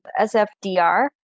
SFDR